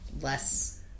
less